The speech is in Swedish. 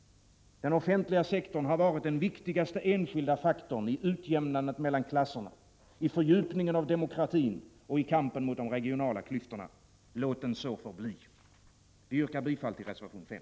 Den offentliga sektorn har varit den viktigaste enskilda faktorn i utjämnandet mellan klasserna, i fördjupningen av demokratin och i kampen mot de regionala klyftorna. Låt den så förbli! Vi yrkar bifall till reservation 5.